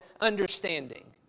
understanding